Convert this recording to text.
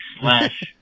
slash